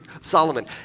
Solomon